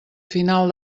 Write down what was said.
final